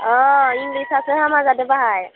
अ इंलिसआसो हामा जादों बाहाय